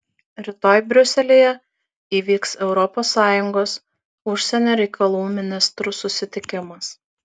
rytoj briuselyje įvyks europos sąjungos užsienio reikalų ministrų susitikimas